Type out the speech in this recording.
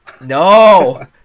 No